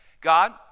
God